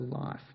life